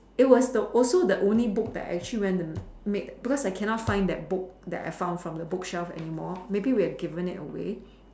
it was the also the only book that actually went and made it because I cannot find that book that I fun from the bookshelf anymore maybe we have given it away